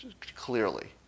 clearly